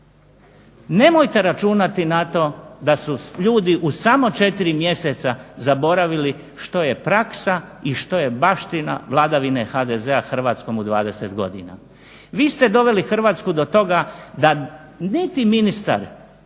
Nemojte računati na to da su ljudi u samo 4 mjeseca zaboravili što je praksa i što je baština vladavine HDZ-a Hrvatskom u 20 godina. Vi ste doveli Hrvatsku do toga da niti ministar